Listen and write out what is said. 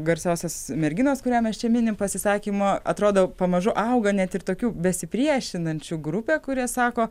garsiosios merginos kurią mes čia minim pasisakymo atrodo pamažu auga net ir tokių besipriešinančių grupė kurie sako